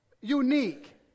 unique